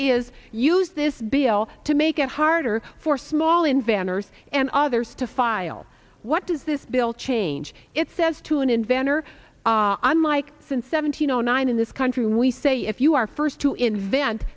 is use this bill to make get harder for small inventors and others to file what does this bill change it says to an inventor unlike since seventeen o nine in this country we say if you are first to invent